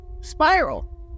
Spiral